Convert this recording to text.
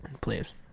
please